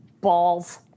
balls